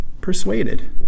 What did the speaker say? persuaded